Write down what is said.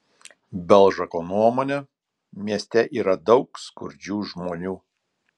belžako nuomone mieste yra daug skurdžių žmonių